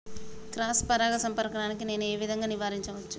Cross పరాగ సంపర్కాన్ని నేను ఏ విధంగా నివారించచ్చు?